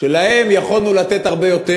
שלהם יכולנו לתת הרבה יותר.